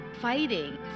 fighting